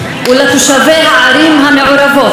ולתושבי הערים המעורבות.